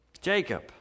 Jacob